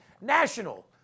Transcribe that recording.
National